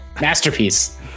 masterpiece